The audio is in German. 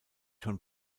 schon